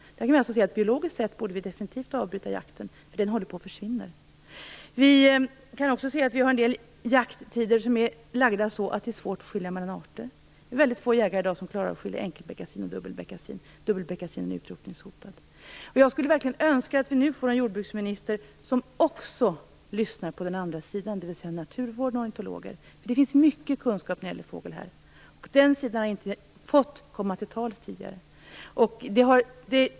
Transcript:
Biologiskt sett borde vi definitivt avbryta jakten, eftersom enkelbeckasinen håller på att försvinna. Vi har också en del jakttider som är lagda så att det är svårt att skilja mellan olika arter. Det är väldigt få jägare i dag som klarar av att skilja på enkelbeckasin och dubbelbeckasin. Dubbelbeckasinen är utrotningshotad. Jag skulle verkligen önska att vi nu får en jordbruksminister som också lyssnar på den andra sidan, dvs. naturvårdare och ornitologer. Där finns det mycket kunskap om fåglar. Den sidan har inte fått komma till tals tidigare.